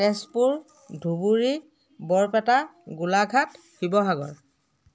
Tezpur Dhubri Barpeta Golaghat Sivasagar